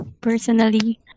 personally